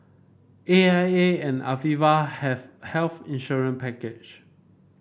A I A and Aviva have health insurance package